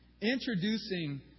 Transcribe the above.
introducing